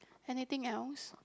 anything else